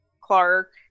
Clark